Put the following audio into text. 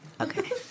Okay